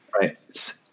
right